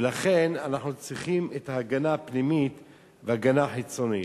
ולכן, אנחנו צריכים הגנה פנימית והגנה חיצונית.